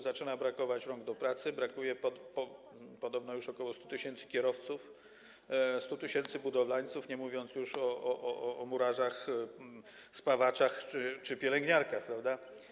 Zaczyna brakować rąk do pracy, brakuje podobno już ok. 100 tys. kierowców, 100 tys. budowlańców, nie mówiąc już o murarzach, spawaczach czy pielęgniarkach, prawda?